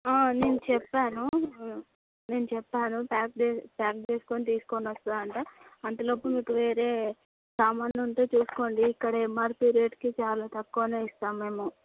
నేను చెప్పాను నేను చెప్పాను ప్యాక్డ్ ప్యాక్ చేసుకుని తీసుకుని వస్తుంది అంట అంత లోపు మీకు వేరే సామాను ఉంటే చూసుకోండి ఇక్కడ ఎంఆర్పి రేట్కి చాలా తక్కువకే ఇస్తాము మేము